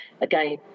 Again